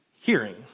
hearing